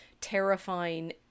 terrifying